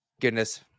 goodness